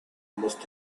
must